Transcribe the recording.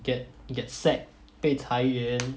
get get sacked 被裁员